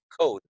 code